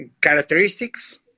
characteristics